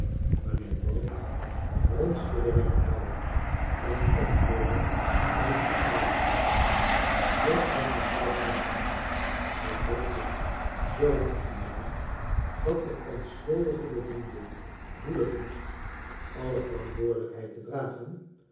mijnheer dorrit fronste de wenkbrauwen en antwoordde na eenige aarzeling zeg dat mevrouw flinching hij drukte zoo op dien naam dat de onschuldige bediende vpelen moest alle verantwoordelijkheid te dragen